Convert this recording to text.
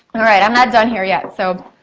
alright, i'm not done here yet. so,